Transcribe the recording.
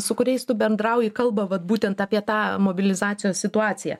su kuriais tu bendrauji kalba vat būtent apie tą mobilizacijos situaciją